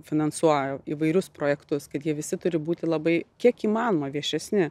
finansuoja įvairius projektus kad jie visi turi būti labai kiek įmanoma viešesni